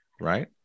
right